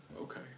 okay